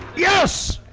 yes.